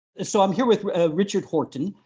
so, i'm here with richard horton.